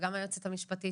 וגם היועצת המשפטית,